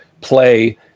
play